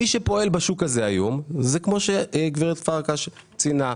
מי שפועל בשוק הזה היום, זה כמו שגברת פרקש ציינה,